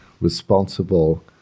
responsible